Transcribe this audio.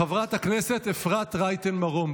חברת הכנסת אפרת רייטן מרום,